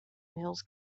mills